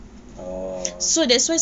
oh